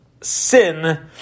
sin